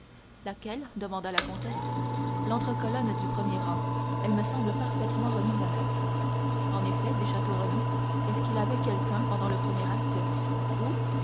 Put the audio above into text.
laquelle demanda la comtesse lentre colonne du premier rang elle me semble parfaitement remise à neuf en effet dit château renaud est-ce qu'il y avait quelqu'un pendant le premier acte où